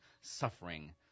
suffering